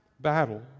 battle